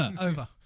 Over